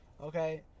Okay